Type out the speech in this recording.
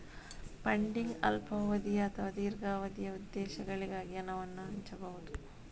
funding ಅಲ್ಪಾವಧಿಯ ಅಥವಾ ದೀರ್ಘಾವಧಿಯ ಉದ್ದೇಶಗಳಿಗಾಗಿ ಹಣವನ್ನು ಹಂಚಬಹುದು